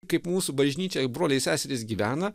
kaip mūsų bažnyčia broliai seserys gyvena